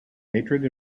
hatred